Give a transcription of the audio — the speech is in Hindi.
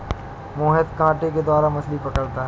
मोहित कांटे के द्वारा मछ्ली पकड़ता है